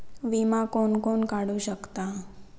विमा कोण कोण काढू शकता?